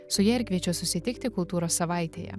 su ja ir kviečiu susitikti kultūros savaitėje